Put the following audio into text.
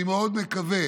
אני מאוד מקווה